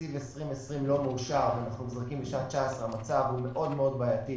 תקציב 2020 לא מאושר ואנחנו נזרקים לתקציב 2019 המצב מאוד מאוד בעייתי